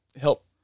help